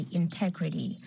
integrity